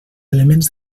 elements